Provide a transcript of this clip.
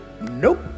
Nope